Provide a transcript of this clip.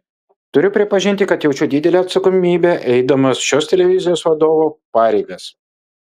turiu pripažinti kad jaučiu didelę atsakomybę eidamas šios televizijos vadovo pareigas